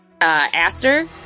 Aster